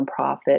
nonprofit